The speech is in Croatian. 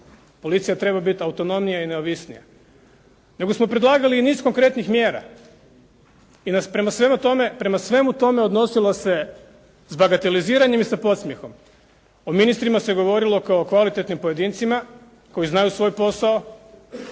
Policija treba biti autonomnija i neovisnije, nego smo predlagali i niz konkretnih mjera i prema svemu tome odnosilo se s bagateliziranjem i sa podsmjehom. O ministrima se govorilo kao o kvalitetnim pojedincima koji znaju svoj posao